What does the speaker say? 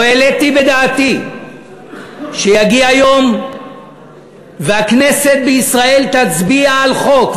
לא העליתי בדעתי שיגיע יום והכנסת בישראל תצביע על חוק,